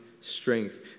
strength